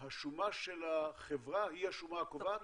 השומה של החברה היא השומה הקובעת?